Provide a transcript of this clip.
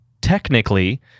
technically